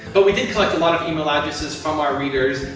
but, we did collect a lot of email addresses from our readers,